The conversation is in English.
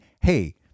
hey